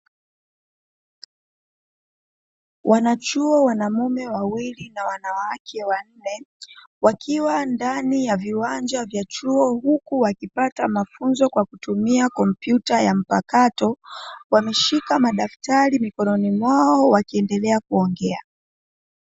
Wanachuo wanaume wawili na wanawake wanne, wakiwa ndani ya viwanja vya chuo huku wakipata mafunzo kwa kutumia kompyuta ya mpakato, wameshika madaftari mikononi mwao wakiendelea kuongea.